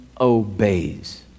obeys